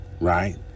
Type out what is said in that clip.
right